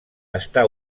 està